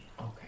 Okay